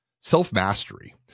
self-mastery